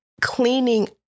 cleaning